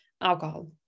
alcohol